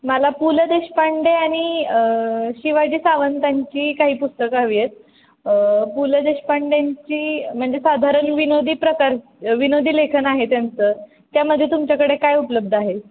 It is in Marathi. मला पु ल देशपांडे आणि शिवाजी सावंतांची काही पुस्तकं हवी पु ल देशपांडेंची म्हणजे साधारण विनोदी प्रकार विनोदी लेखन आहे त्यांचं त्यामध्ये तुमच्याकडे काय उपलब्ध आहे